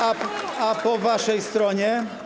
A po waszej stronie?